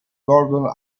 gordon